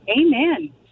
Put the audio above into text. amen